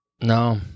No